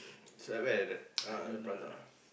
so at where at that uh the prata